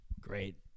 Great